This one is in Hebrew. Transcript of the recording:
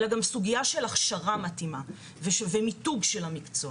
אלא גם סוגיה של הכשרה מתאימה ומיתוג של המקצוע.